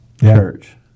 church